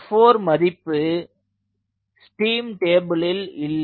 h4 மதிப்பு steam டேபிளில் இல்லை